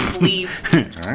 Leave